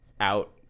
out